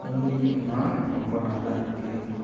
இன்றைக்கு நாள் ரொம்ப நல்லா இருக்குது